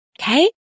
Okay